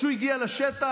הוא הגיע לשטח?